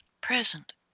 present